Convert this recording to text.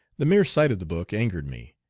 the mere sight of the book angered me,